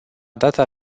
data